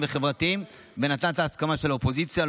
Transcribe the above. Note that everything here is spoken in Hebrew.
וחברתיים ונתנה את ההסכמה של האופוזיציה.